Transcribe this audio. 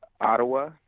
ottawa